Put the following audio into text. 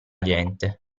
gente